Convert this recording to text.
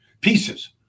pieces